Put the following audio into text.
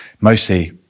mostly